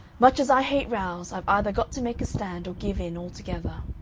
much as i hate rows, i've either got to make a stand or give in altogether.